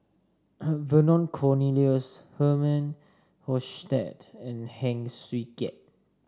Vernon Cornelius Herman Hochstadt and Heng Swee Keat